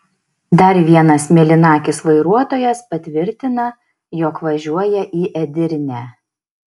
dar vienas mėlynakis vairuotojas patvirtina jog važiuoja į edirnę